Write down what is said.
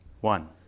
one